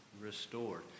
restored